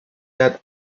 yet